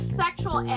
sexual